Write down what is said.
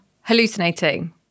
hallucinating